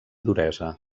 duresa